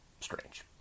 strange